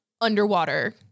underwater